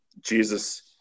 Jesus